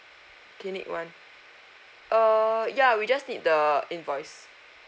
okay need one err ya we just need the invoice